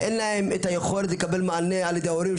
אין להם את היכולת לקבל מענה על ידי ההורים,